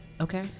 Okay